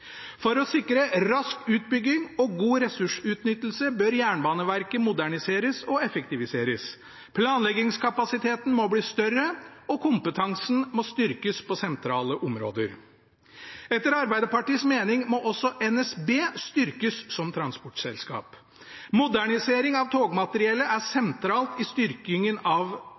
For å sikre rask utbygging og god ressursutnyttelse bør Jernbaneverket moderniseres og effektiviseres. Planleggingskapasiteten må bli større, og kompetansen må styrkes på sentrale områder. Etter Arbeiderpartiets mening må også NSB styrkes som transportselskap. Modernisering av togmateriellet er